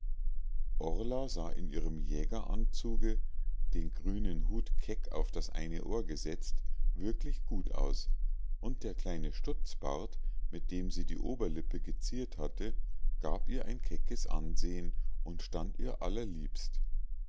sah in ihrem jägeranzuge den grünen hut keck auf das eine ohr gesetzt wirklich gut aus und der kleine stutzbart mit dem sie die oberlippe geziert hatte gab ihr ein keckes ansehen und stand ihr allerliebst